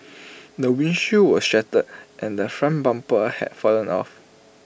the windshield was shattered and the front bumper had fallen off